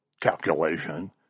calculation